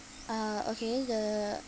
uh okay the